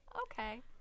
okay